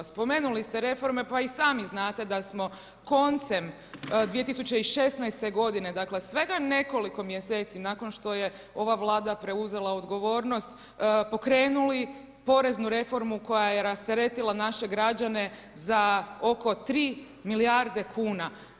Spomenuli ste reforme, pa i sami znate da smo koncem 2016.g., dakle svega nekoliko mjeseci nakon što je ova Vlada preuzela odgovornost, pokrenuli poreznu reformu koja je rasteretila naše građane za oko 3 milijarde kuna.